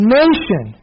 nation